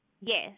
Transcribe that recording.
Yes